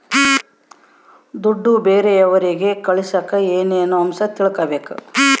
ದುಡ್ಡು ಬೇರೆಯವರಿಗೆ ಕಳಸಾಕ ಏನೇನು ಅಂಶ ತಿಳಕಬೇಕು?